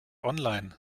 online